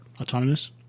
autonomous